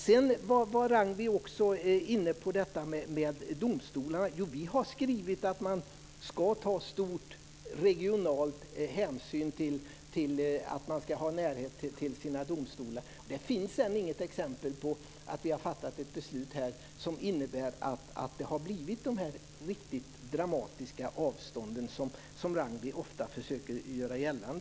Ragnwi Marcelind var inne på frågan om domstolarna. Vi har skrivit att det ska tas stor regional hänsyn och att det ska vara en närhet till domstolarna. Det finns än inget exempel på att vi har fattat ett beslut här som har inneburit de dramatiska avstånden som Ragnwi Marcelind ofta försöker göra gällande.